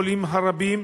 בשל החולים הרבים.